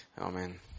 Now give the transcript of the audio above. Amen